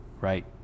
right